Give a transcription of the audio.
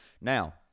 Now